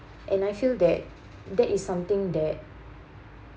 and I feel that that is something that